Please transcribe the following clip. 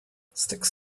sticks